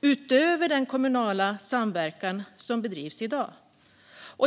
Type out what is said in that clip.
utöver den kommunala samverkan som bedrivs i dag.